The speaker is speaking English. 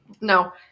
No